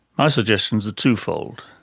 my suggestions are twofold.